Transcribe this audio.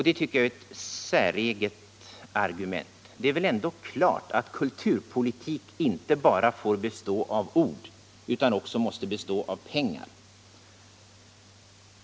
Det är ett säreget argument. Det är väl ändå klart att kulturpolitik inte bara får bestå av ord utan också måste bestå av pengar?